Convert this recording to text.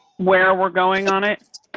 where we're going on it.